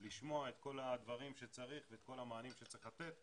לשמוע את כל הדברים שצריך ואת כל המענים שצריך לתת.